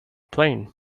plane